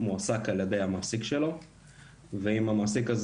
מועסק על ידי המעסיק שלו ואם למעסיק הזה